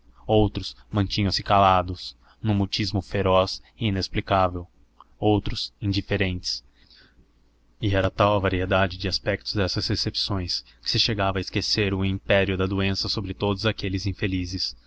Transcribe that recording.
outros mantinham se calados num mutismo feroz e inexplicável outros indiferentes e era tal a variedade de aspectos dessas recepções que se chegava a esquecer o império da doença sobre todos aqueles infelizes